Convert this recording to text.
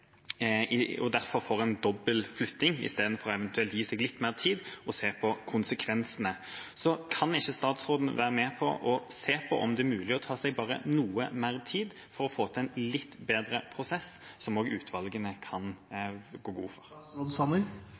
se på konsekvensene. Kan ikke statsråden være med og se på om det er mulig å ta seg bare noe mer tid og få til en litt bedre prosess, som også utvalgene kan gå god for?